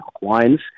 wines